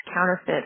counterfeit